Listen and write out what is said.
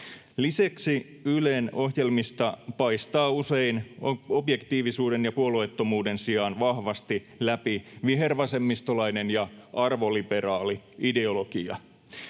Lisäksi Ylen ohjelmista paistaa usein objektiivisuuden ja puolueettomuuden sijaan vahvasti läpi vihervasemmistolainen ja arvoliberaali ideologia.